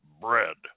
bread